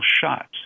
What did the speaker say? shots